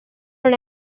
non